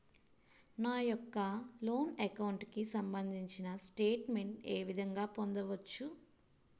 నా యెక్క loan account కు సంబందించిన స్టేట్ మెంట్ ఏ విధంగా పొందవచ్చు?